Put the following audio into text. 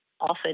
often